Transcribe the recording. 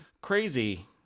crazy